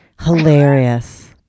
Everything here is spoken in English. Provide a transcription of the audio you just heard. Hilarious